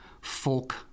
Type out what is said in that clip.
folk